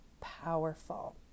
powerful